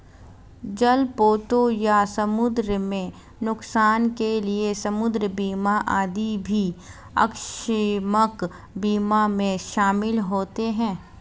जलपोतों या समुद्र में नुकसान के लिए समुद्र बीमा आदि भी आकस्मिक बीमा में शामिल होते हैं